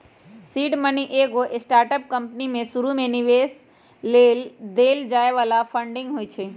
seed money एगो startup company में शुरुमे निवेश लेल देल जाय बला फंडिंग होइ छइ